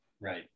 Right